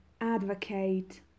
advocate